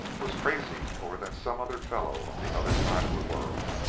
was crazy over that some other fellow on the other side of the world,